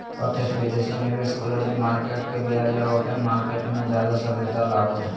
प्रत्यक्ष विदेशी निवेश क्लोज्ड मार्केट के बजाय ओपन मार्केट मे ज्यादा सक्रियता लाबो हय